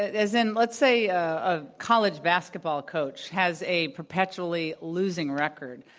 as in, let's say ah a college basketball coach has a perpetually losing record.